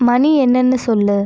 மணி என்னனு சொல்